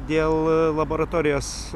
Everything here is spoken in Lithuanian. dėl laboratorijos